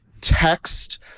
text